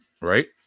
Right